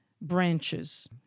branches